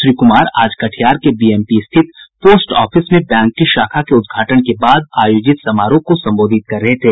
श्री कुमार आज कटिहार के बीएमपी स्थित पोस्ट ऑफिस में बैंक की शाखा के उद्घाटन के बाद आयोजित समारोह को संबोधित कर रहे थे